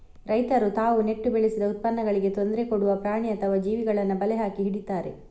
ರೈತರು ತಾವು ನೆಟ್ಟು ಬೆಳೆಸಿದ ಉತ್ಪನ್ನಗಳಿಗೆ ತೊಂದ್ರೆ ಕೊಡುವ ಪ್ರಾಣಿ ಅಥವಾ ಜೀವಿಗಳನ್ನ ಬಲೆ ಹಾಕಿ ಹಿಡೀತಾರೆ